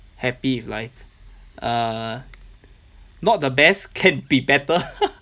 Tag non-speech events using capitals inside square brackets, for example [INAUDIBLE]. happy with life err not the best can be better [LAUGHS]